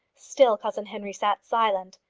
still cousin henry sat silent.